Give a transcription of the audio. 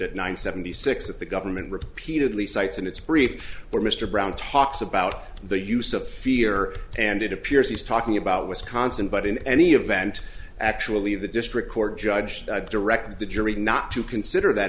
at nine seventy six that the government repeatedly cites and it's brief where mr brown talks about the use of fear and it appears he's talking about wisconsin but in any event actually the district court judge i directed the jury not to consider that